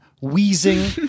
wheezing